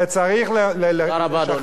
וצריך, תודה רבה, אדוני.